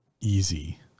easy